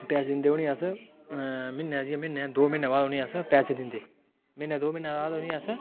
पैसे दिंदे उ'नेंगी अस म्हीने जि'यां दौ म्हीने बाद अस उ'नेंगी पैसे दिंदे म्हीने दौ म्हानै बाद उ'नेंगी अस